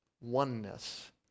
oneness